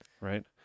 right